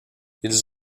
ils